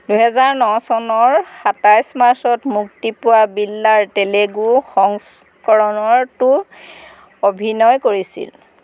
দুহেজাৰ ন চনৰ সাতাইছ মাৰ্চত মুক্তি পোৱা বিল্লাৰ তেলেগু সংস্কৰণতো অভিনয় কৰিছিল